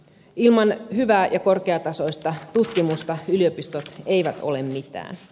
ilman hyvää ja korkeatasoista tutkimusta yliopistot eivät ole mitään